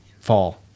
fall